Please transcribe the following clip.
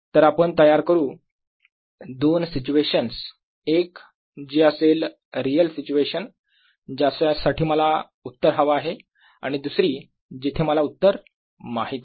तर आपण तयार करू दोन सिच्युएशन्स एक जी असेल रिअल सिच्युएशन ज्याच्यासाठी मला उत्तर हवा आहे आणि दुसरी जिथे मला उत्तर माहित आहे